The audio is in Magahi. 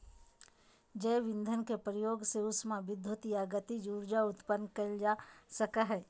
जैव ईंधन के प्रयोग से उष्मा विद्युत या गतिज ऊर्जा उत्पन्न कइल जा सकय हइ